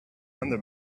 under